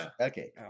okay